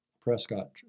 Prescott